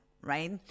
right